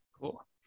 cool